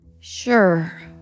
Sure